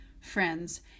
friends